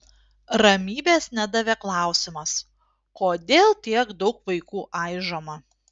ramybės nedavė klausimas kodėl tiek daug vaikų aižoma